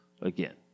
again